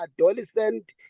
adolescent